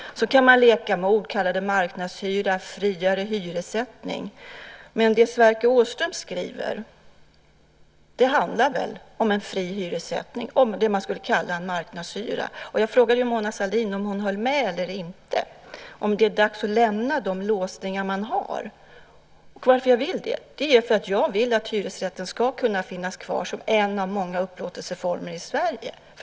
Man kan leka med ord, kalla det marknadshyra eller friare hyressättning. Men det Sverker Åström skriver handlar väl om en fri hyressättning, om det man skulle kalla marknadshyra. Jag frågade Mona Sahlin om hon höll med eller inte om att det är dags att lämna de låsningar man har. Skälet till att jag vill det är att jag vill att hyresrätten ska kunna finnas kvar som en av många upplåtelseformer i Sverige.